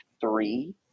three